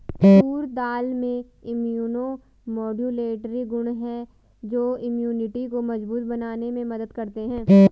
तूर दाल में immunomodulatory गुण हैं जो इम्यूनिटी को मजबूत बनाने में मदद करते है